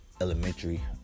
Elementary